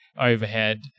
overhead